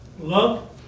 love